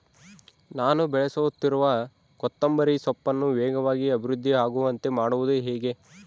ನಾನು ಬೆಳೆಸುತ್ತಿರುವ ಕೊತ್ತಂಬರಿ ಸೊಪ್ಪನ್ನು ವೇಗವಾಗಿ ಅಭಿವೃದ್ಧಿ ಆಗುವಂತೆ ಮಾಡುವುದು ಹೇಗೆ?